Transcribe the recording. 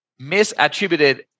misattributed